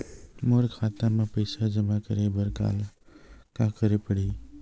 मोर खाता म पईसा जमा करे बर का का करे ल पड़हि?